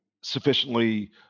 sufficiently